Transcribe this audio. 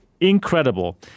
Incredible